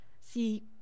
See